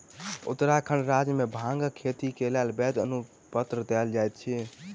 उत्तराखंड राज्य मे भांगक खेती के लेल वैध अनुपत्र देल जाइत अछि